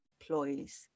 Employees